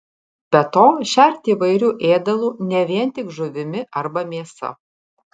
be to šerti įvairiu ėdalu ne vien tik žuvimi arba mėsa